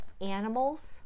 animals